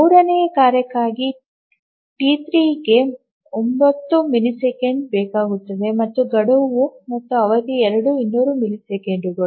ಮೂರನೆಯ ಕಾರ್ಯಕ್ಕಾಗಿ ಟಿ3 ಗೆ 90 ಮಿಲಿಸೆಕೆಂಡುಗಳು ಬೇಕಾಗುತ್ತವೆ ಮತ್ತು ಗಡುವು ಮತ್ತು ಅವಧಿ ಎರಡೂ 200 ಮಿಲಿಸೆಕೆಂಡುಗಳು